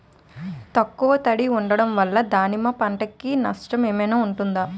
ఎక్కువ తడి ఉండడం వల్ల దానిమ్మ పంట కి నష్టం ఏమైనా ఉంటుందా?